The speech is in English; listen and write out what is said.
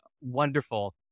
wonderful